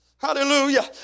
hallelujah